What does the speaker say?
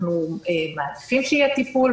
אנחנו מעדיפים שיהיה טיפול,